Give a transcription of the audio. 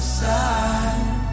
side